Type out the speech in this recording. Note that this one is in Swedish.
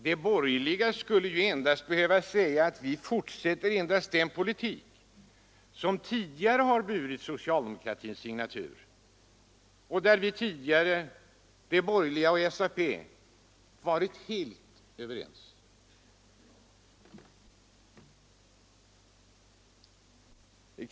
De borgerliga skulle ju endast behöva säga att vi fortsätter den politik som tidigare burit socialdemokratins signatur och där vi — de borgerliga och socialdemokraterna — varit helt överens.